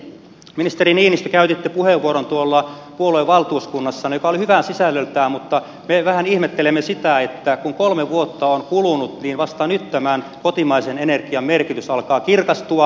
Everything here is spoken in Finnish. ministeri niinistö käytitte puheenvuoron puoluevaltuuskunnassanne ja se oli hyvä sisällöltään mutta me vähän ihmettelemme sitä kun kolme vuotta on kulunut ja vasta nyt tämän kotimaisen energian merkitys alkaa kirkastua